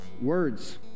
words